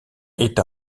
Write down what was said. est